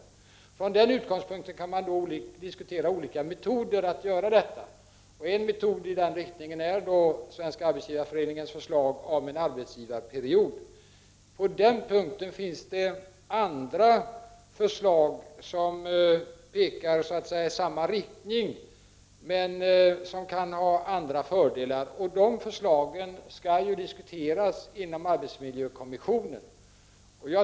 Detta har väl också präglat den allmänna debatten i dessa frågor. Från den utgångspunkten kan man diskutera olika metoder för att göra detta. En metod i den riktningen är Svenska arbetsgivareföreningens förslag om en arbetsgivarperiod. På den punkten finns andra förslag som pekar i samma riktning men som kan ha andra fördelar. De förslagen skall ju diskuteras inom arbetsmiljökommissionen.